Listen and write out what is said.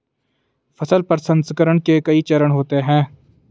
फसल प्रसंसकरण के कई चरण होते हैं